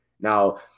Now